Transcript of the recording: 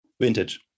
vintage